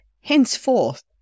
henceforth